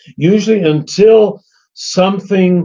usually until something